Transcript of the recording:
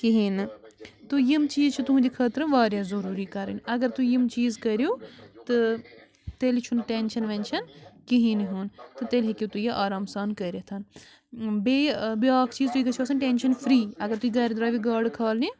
کِہیٖنۍ نہٕ تہٕ یِم چیٖز چھِ تُہِنٛدِ خٲطرٕ واریاہ ضٔروٗری کَرٕنۍ اگر تُہۍ یِم چیٖز کٔرِو تہٕ تیٚلہِ چھُنہٕ ٹٮ۪نشَن وٮ۪نشَن کِہیٖنۍ ہیوٚن تہٕ تیٚلہِ ہیٚکِو تُہۍ یہِ آرام سان کٔرِتھ بیٚیہِ بیٛاکھ چیٖز تُہۍ گژھِو آسٕنۍ ٹٮ۪نشَن فِرٛی اگر تُہۍ گَرِ درٛایوٕ گاڈٕ کھالنہِ